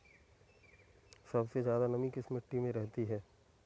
सबसे ज्यादा नमी किस मिट्टी में रहती है?